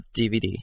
DVD